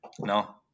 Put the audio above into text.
no